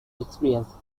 experience